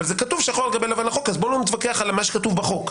אבל זה כתוב שחור על גבי לבן בחוק אז בוא לא נתווכח על הכתוב בחוק.